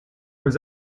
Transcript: was